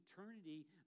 eternity